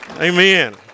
Amen